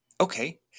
Okay